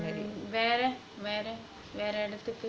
mm where leh where leh வேற வேற வேற இடத்துக்கு:vera vera vera idathukku